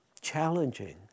challenging